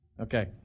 Okay